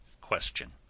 question